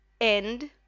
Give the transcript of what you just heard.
End